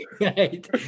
Right